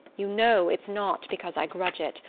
you know it's not because i grudge it.